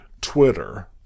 twitter